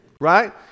Right